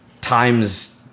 times